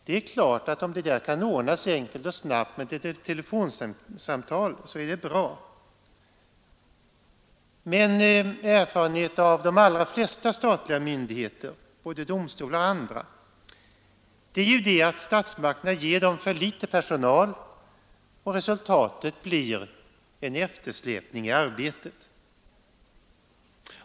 Om frågor av detta slag kan ordnas enkelt och snabbt med ett telefonsamtal, så är det naturligtvis bra, men erfarenheterna av de allra flesta statliga myndigheter, både domstolar och andra, är att statsmakterna ger myndigheterna för litet personal, och resultatet blir en eftersläpning i arbetet.